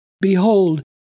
Behold